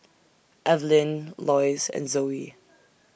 Evelyne Loyce and Zoie